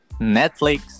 Netflix